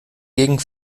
gegend